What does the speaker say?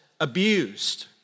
abused